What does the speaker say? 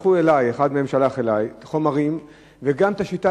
ואחד מהם שלח אלי את החומרים וגם את השיטה,